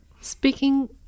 Speaking